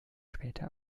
später